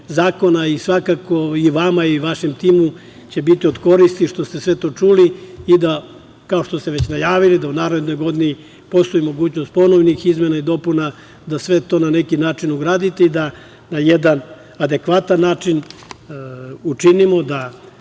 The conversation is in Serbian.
zakona. Svakako, i vama i vašem timu će biti od koristi što ste sve to čuli i da, kao što ste već najavili, u narednoj godini postoji mogućnost ponovnih izmena i dopuna, da sve to na neki način ugradite i da na jedan adekvatan način učinimo da